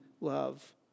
love